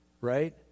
right